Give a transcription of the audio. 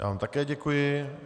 Já vám také děkuji.